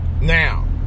now